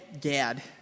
Dad